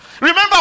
Remember